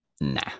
Nah